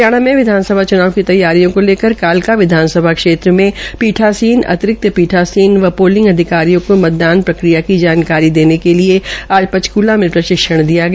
हरियाणा में विधानसभा चुनाव की तैयारियों को लेकर कालका विधानसभा क्षेत्र में पीठासीन अतिरिक्त पीठासीन व पोलिंग अधिकारियों को मतदान प्रक्रिया की जानकारी देने के लिये आज पंचकूला में प्रशिक्षण दिया गया